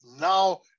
Now